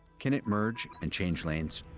can it merge and change lanes?